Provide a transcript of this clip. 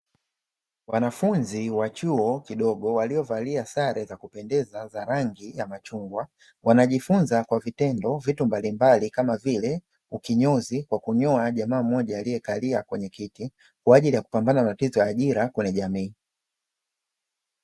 Wanafunzi wa chuo kidogo waliovalia sare za kupendeza za rangi ya machungwa wanajifunza kwa vitendo vitu mbalimbali, kama vile ukinyozi kwa kunyoa jamaa mmoja aliyekalia kwenye kiti; kwa ajili ya kupambana na tatizo la ajira kwenye jamii.